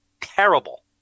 Terrible